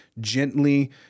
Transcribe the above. gently